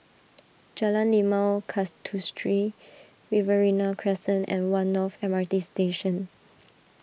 Jalan Limau Kasturi Riverina Crescent and one North M R T Station